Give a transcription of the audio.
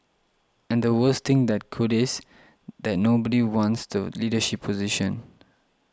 and the worst thing that could is that nobody wants the leadership position